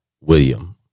William